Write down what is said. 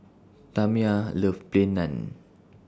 Tamia loves Plain Naan